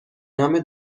نام